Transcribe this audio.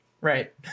Right